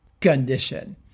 condition